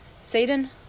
Satan